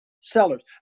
sellers